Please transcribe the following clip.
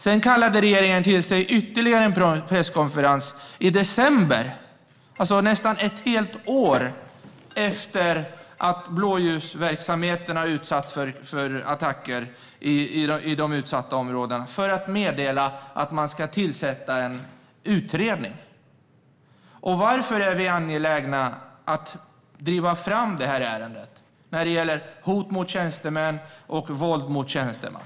Sedan kallade regeringen till ytterligare en presskonferens i december, alltså nästan ett helt år efter att blåljusverksamheterna utsattes för attacker i de utsatta områdena, för att meddela att man ska tillsätta en utredning. Varför är vi angelägna om att driva det här ärendet när det gäller hot mot tjänstemän och våld mot tjänstemän?